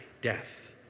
death